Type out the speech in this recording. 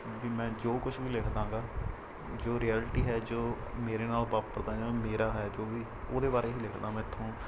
ਵੀ ਮੈਂ ਜੋ ਕੁਛ ਵੀ ਲਿਖਦਾਂਗਾ ਜੋ ਰਿਐਲਿਟੀ ਹੈ ਜੋ ਮੇਰੇ ਨਾਲ ਵਾਪਰਦਾ ਜਾਂ ਮੇਰਾ ਹੈ ਜੋ ਵੀ ਉਹਦੇ ਬਾਰੇ ਹੀ ਲਿਖਦਾ ਮੇਰੇ ਤੋਂ